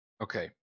Okay